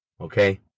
Okay